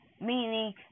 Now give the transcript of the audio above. meaning